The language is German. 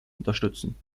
unterstützen